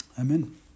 Amen